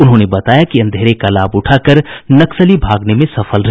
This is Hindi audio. उन्होंने बताया कि अंधेरे का लाभ उठाकर नक्सली भागने में सफल रहे